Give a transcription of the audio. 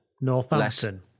Northampton